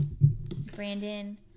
Brandon